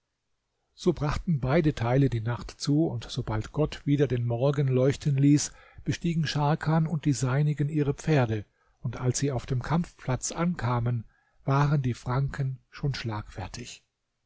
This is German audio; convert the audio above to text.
so brachten beide teile die nacht zu und sobald gott wieder den morgen leuchten ließ bestiegen scharkan und die seinigen ihre pferde und als sie auf den kampfplatz kamen waren die franken schon schlagfertig